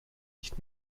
nicht